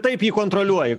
taip jį kontroliuoji